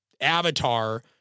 avatar